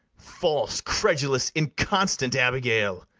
false, credulous, inconstant abigail!